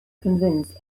convince